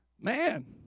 man